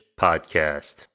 Podcast